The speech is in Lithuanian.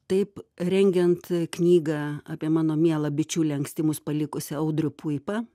taip rengiant knygą apie mano mielą bičiulį anksti mus palikusį audrių puipą